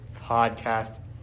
podcast